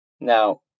Now